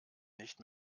nicht